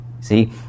See